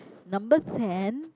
number ten